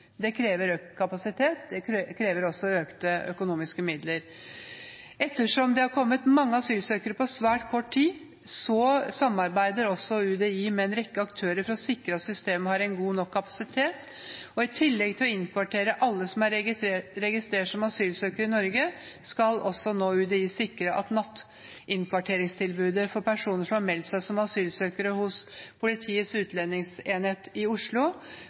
Det krever økt kapasitet, og det krever også økte økonomiske midler. Ettersom det har kommet mange asylsøkere på svært kort tid, samarbeider også UDI med en rekke aktører for å sikre at systemet har god nok kapasitet. I tillegg til å innkvartere alle som er registrert som asylsøkere i Norge, skal UDI nå også sikre at nattinnkvarteringstilbudet er til stede for personer som har meldt seg som asylsøkere hos Politiets utlendingsenhet i Oslo,